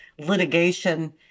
litigation